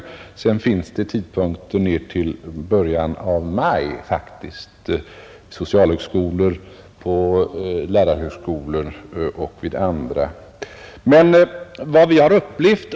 Ansökningstiden går ut vid olika tidpunkter, ned till början av maj faktiskt, vid socialhögskolor, lärarhögskolor och andra utbildningsanstalter.